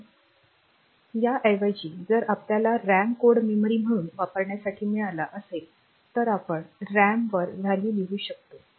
म्हणूनच याऐवजी जर आपल्याला रॅम कोड मेमरी म्हणून वापरण्यासाठी मिळाला असेल तर आपण रॅम वर व्हॅल्यू लिहू शकतो